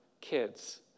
kids